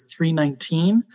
319